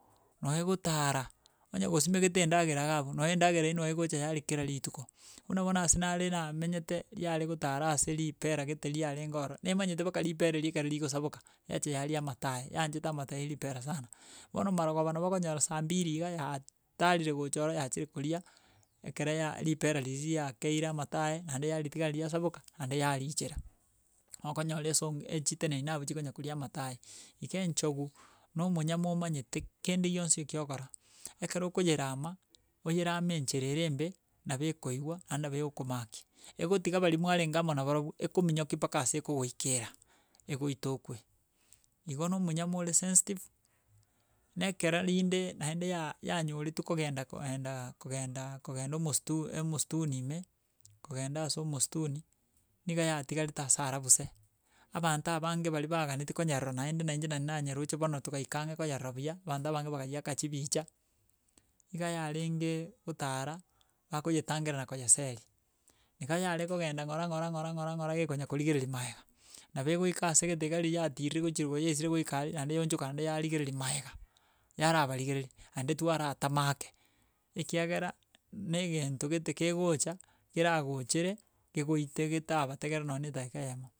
no egotara onye gosimegete endagera iga abwo, no endagera eywo no egocha yaria kera rituko. Buna bono na ase nare namenyete, riare gotara ase ripera gete riarenge ororo, nemanyete mpaka ripera rikare rigosaboka, yacha yaria amata aye yaanchete amato ya ripera sana. Bono maragoba nabo okonyora saa mbiri iga yaataarire gocha ororo yachire koria ekere ya ripera riria riakeire amato aye naende yaritiga riasaboka naende yarichera okonyora ase chiteneine abwo chikonya koria amato aye. Iga enchogu, na omonyama omanyete kende gionsi eki ogokora, ekero okoyerama, oyerame enchere ere embe, nabo ekoigwa ande nabo egokomaki, egotiga bari mwarenge amo nabarabwo, ekominyoki mpaka ase ekogoikera egoite okwe. Igo na omonyama ore sensitive, na ekera rinde naende ya yanyoretu kogenda koenda kogenda kogenda omositu omstuni ime kogenda ase omostuni, niga yatigarete ase arabu se, abanto abange baria baganeti konyarora naende na inche nari nanyeroche bono togaika ang'e koyerora buya abanto abange bagaiyaka chibicha iga yarenge gotara bagonyetangera na konyeseri. Iga yare kogenda ng'ora ng'ora ng'ora ng'ora gekonyakorigereri maega nabo egoika asegete iga riri yatirire gochia rogoro yaisire goika aria, naende yaonchoka naende yarigereri maega, yarabarigereri, aende twara tama ake, ekiagera na egento gete kegocha keragochere kegoite getabategerera nonye ne edaika eyemo.